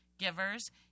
givers